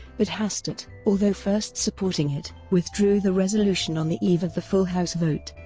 but hastert, although first supporting it, withdrew the resolution on the eve of the full house vote.